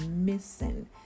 missing